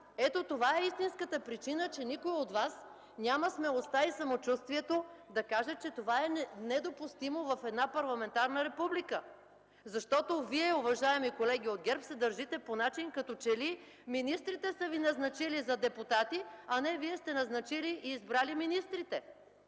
Ето, това е истинската причина – че никой от Вас няма смелостта и самочувствието да каже, че това е недопустимо в една парламентарна република. Защото Вие, уважаеми колеги от ГЕРБ, се държите по начин, като че ли министрите са Ви назначили за депутати, а не Вие сте назначили и избрали министрите.